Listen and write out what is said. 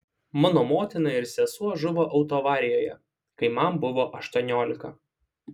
mano motina ir sesuo žuvo autoavarijoje kai man buvo aštuoniolika